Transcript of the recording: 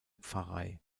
pfarrei